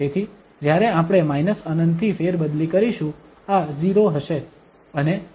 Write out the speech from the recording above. તેથી જ્યારે આપણે ∞ થી ફેરબદલી કરીશું આ 0 હશે